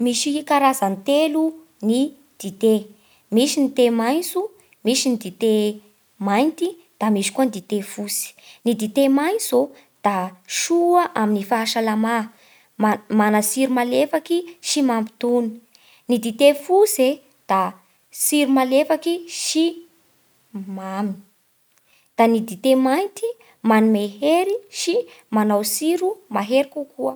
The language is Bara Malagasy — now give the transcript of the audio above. Misy karazany telo ny dite: misy ny thé maintso, misy ny dite mainty, da misy koa ny dite fotsy. Ny dite maitso da soa amin'ny fahasalama ma- mana tsiro malefaky sy mampitony. Ny dite fotsy e da tsiro malefaky sy mamy. Da ny dite mainty manome hery sy manao tsiro mahery kokoa.